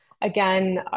again